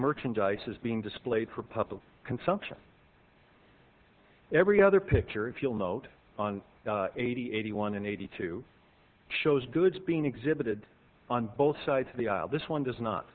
merchandise is being displayed for public consumption every other picture if you'll note on eighty eighty one and eighty two shows goods being exhibited on both sides of the aisle this one does not